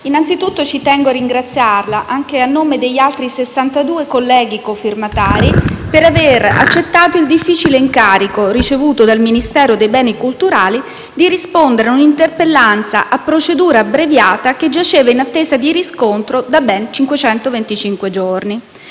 innanzitutto ci tengo a ringraziarla, anche a nome degli altri sessantadue colleghi cofirmatari, per aver accettato il difficile incarico ricevuto dal Ministero dei beni culturali di rispondere ad una interpellanza - a procedura abbreviata - che giaceva in attesa di riscontro da ben